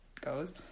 goes